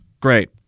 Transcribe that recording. Great